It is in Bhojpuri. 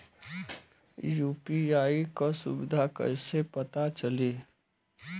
यू.पी.आई क सुविधा कैसे पता चली?